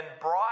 brought